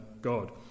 God